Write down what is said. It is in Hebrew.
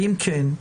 ואם כן,